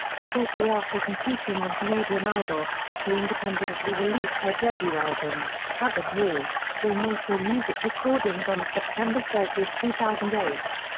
shortly after competing on canadian idol, she independently released her debut album, tug of war, through maplemusic recordings on september thirty, two thousand and eight.